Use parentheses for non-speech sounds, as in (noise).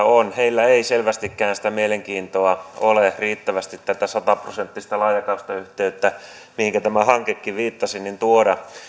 (unintelligible) on ei selvästikään sitä mielenkiintoa ole riittävästi tätä sataprosenttista laajakaistayhteyttä mihinkä tämä hankekin viittasi tuoda